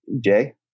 Jay